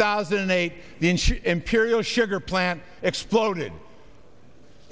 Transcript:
thousand and eight inch imperial sugar plant exploded